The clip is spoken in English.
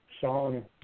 song